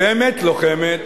באמת לוחמת,